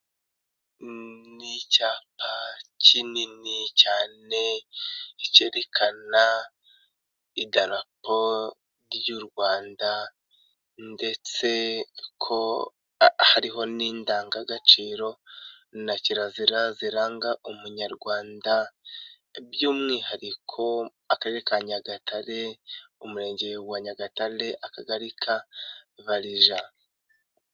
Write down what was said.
Ni icyapa kinini cyane cyerekana idarapo ry'u Rwanda ndetse ko hariho n'indangagaciro na kirazira ziranga Umunyarwanda, by'umwihariko Akarere ka Nyagatare, Umurenge wa Nyagatare, Akagari ka Barija.